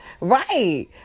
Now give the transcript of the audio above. Right